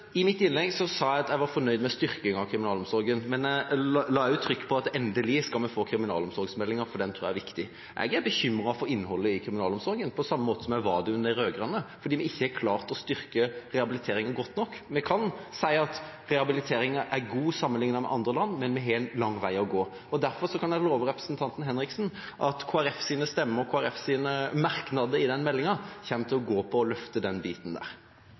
I mitt innlegg sa jeg at jeg var fornøyd med styrkingen av kriminalomsorgen. Men jeg la trykk på at vi endelig skal få kriminalomsorgsmeldinga, for den tror jeg er viktig. Jeg er bekymret for innholdet i kriminalomsorgen – på samme måte som jeg var det under de rød-grønne – fordi vi ikke har klart å styrke rehabiliteringen godt nok. Vi kan si at rehabiliteringen er god sammenlignet med andre land, men vi har en lang vei å gå. Og derfor kan jeg love representanten Henriksen at Kristelig Folkepartis stemmer og Kristelig Folkepartis merknader i forbindelse med meldinga, kommer til å gå på å løfte den biten.